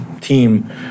team